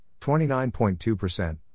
29.2%